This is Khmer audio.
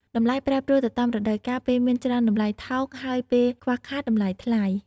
តម្លៃប្រែប្រួលទៅតាមរដូវកាល ពេលមានច្រើនតម្លៃថោក ហើយពេលខ្វះខាតតម្លៃថ្លៃ។